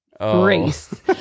race